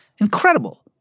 incredible